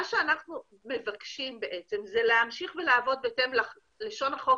מה שאנחנו מבקשים זה להמשיך ולעבוד בהתאם ללשון החוק